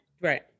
right